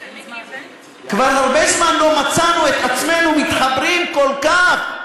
כבר הרבה זמן לא מצאנו את עצמנו מתחברים כל כך,